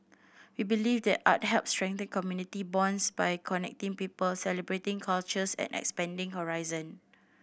we believe that art helps strengthen community bonds by connecting people celebrating cultures and expanding horizon